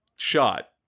Shot